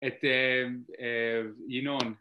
את ינון